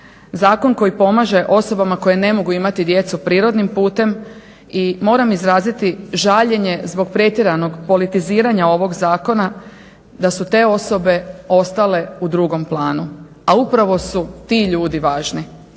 zakon koji pomaže osobama koje ne mogu imati djecu prirodnim putem i moram izraziti žaljenje zbog pretjeranog politiziranja ovog zakona da su te osobe ostale u drugom planu, a upravo su ti ljudi važni.